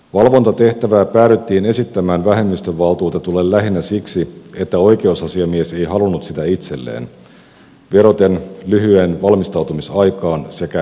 valvontatehtävää päädyttiin esittämään vähemmistövaltuutetulle lähinnä siksi että oikeusasiamies ei halunnut sitä itselleen vedoten lyhyeen valmistautumisaikaan sekä resurssien puutteeseen